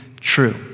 true